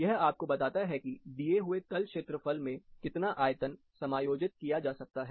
यह आपको बताता है कि दिए हुए तल क्षेत्रफल में कितना आयतन समायोजित किया जा सकता है